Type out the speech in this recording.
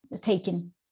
taken